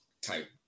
type